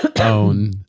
own